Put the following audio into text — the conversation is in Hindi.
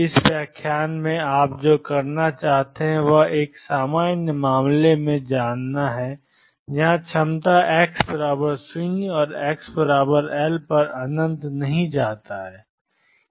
इस व्याख्यान में आप जो करना चाहते हैं वह एक सामान्य मामले में जाना है जहां क्षमता x 0 और x L पर नहीं जाती है